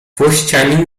włościanin